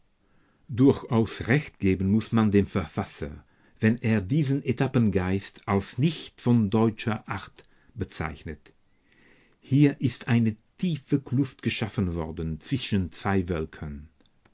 durchaus recht geben muß man dem verfasser wenn er diesen etappengeist als nicht von deutscher art bezeichnet hier ist eine tiefe kluft geschaffen worden zwischen zwei völkern